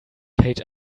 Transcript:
page